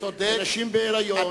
נשים בהיריון.